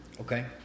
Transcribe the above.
Okay